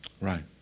Right